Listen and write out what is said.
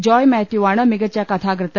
ജോയ്മാത്യുവാണ് മികച്ച കഥാകൃത്ത്